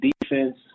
defense –